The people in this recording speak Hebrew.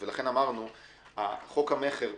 לכן אמרנו שחוק המכר,